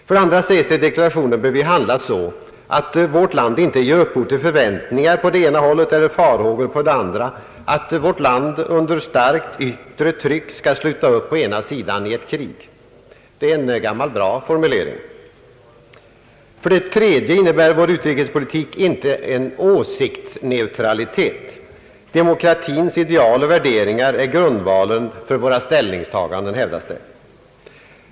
För det andra sägs i deklarationen att vi bör handla så att vi inte ger upphov till förväntningar på ena hållet eller farhågor på det andra att Sverige i ett givet läge, ens under starkt yttre tryck, skulle sluta upp på ena sidan i fall av krig. Det är en gammal bra formulering. För det tredje innebär vår utrikespolitik inte en åsiktsneutralitet. Demokratins ideal och värderingar är grundvalen för våra ställningstaganden, hävdas det.